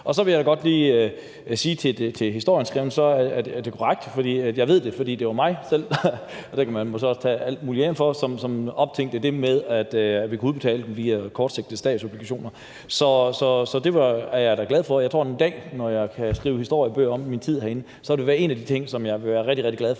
sige i forhold til det med historieskrivningen, at det er korrekt; jeg ved det, fordi det var mig selv – og det kan man måske også tage æren for – som udtænkte det med, at vi kunne udbetale dem via kortsigtede statsobligationer. Så det er jeg da glad for. Jeg tror, at når jeg en dag kan skrive historiebøger om min tid herinde, vil det være en af de ting, jeg vil være rigtig, rigtig glad for